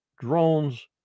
drones